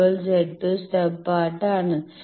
ഇപ്പോൾ Z2 stub part ആണ്